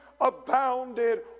abounded